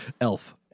elf